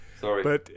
sorry